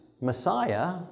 Messiah